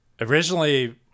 originally